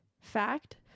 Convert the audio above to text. fact